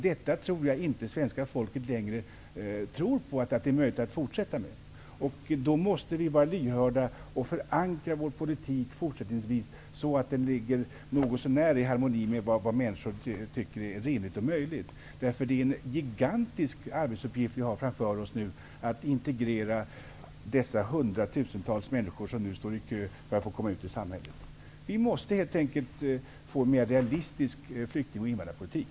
Jag tror inte att svenska folket anser att det är möjligt att fortsätta med det. Därför måste vi vara lyhörda och fortsättningsvis förankra vår politik så att den ligger något så när i harmoni med vad människor tycker är rimligt och möjligt. Det är en gigantisk arbetsuppgift vi har framför oss nu, att integrera dessa hundratusentals människor som står i kö för att komma ut i samhället. Vi måste helt enkelt få en mer realistisk flykting och invandrarpolitik.